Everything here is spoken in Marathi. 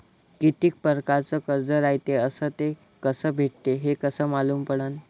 कितीक परकारचं कर्ज रायते अस ते कस भेटते, हे कस मालूम पडनं?